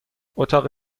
اتاق